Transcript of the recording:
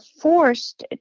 forced